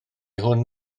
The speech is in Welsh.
hwn